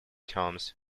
terms